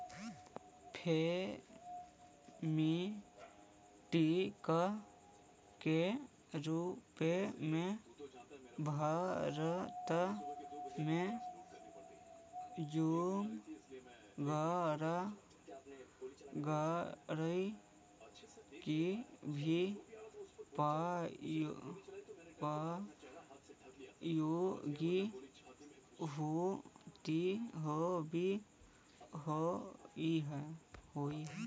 farm truck के रूप में भारत में जुगाड़ गाड़ि के भी प्रयोग होवऽ हई